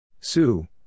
Sue